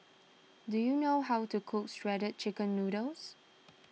do you know how to cook Shredded Chicken Noodles